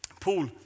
Paul